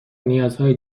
نیازهای